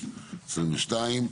34), התשפ"ב-2022,